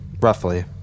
roughly